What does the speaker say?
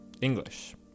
English